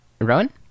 Rowan